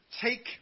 take